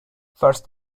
first